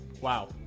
Wow